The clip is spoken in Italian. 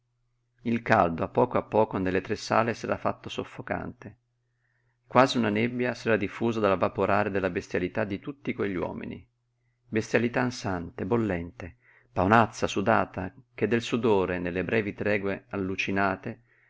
il caldo a poco a poco nelle tre sale s'era fatto soffocante quasi una nebbia s'era diffusa dal vaporare della bestialità di tutti quegli uomini bestialità ansante bollente paonazza sudata che del sudore nelle brevi tregue allucinate